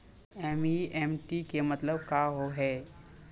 NEFT के मतलब का होव हेय?